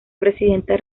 presidenta